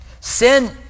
Sin